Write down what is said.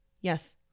Yes